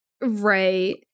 right